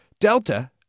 Delta